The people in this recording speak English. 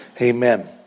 Amen